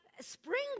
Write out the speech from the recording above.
spring